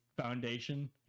foundation